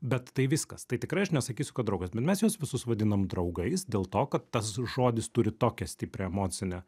bet tai viskas tai tikrai aš nesakysiu kad draugas bet mes juos visus vadinam draugais dėl to kad tas žodis turi tokią stiprią emocinę